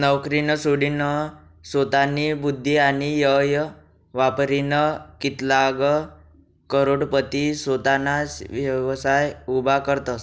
नवकरी सोडीनसोतानी बुध्दी आणि येय वापरीन कित्लाग करोडपती सोताना व्यवसाय उभा करतसं